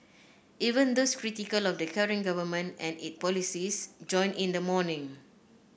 even those critical of the current government and its policies joined in the mourning